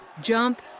jump